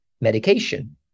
medication